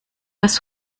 das